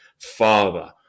Father